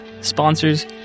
sponsors